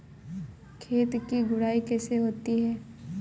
खेत की गुड़ाई कैसे होती हैं?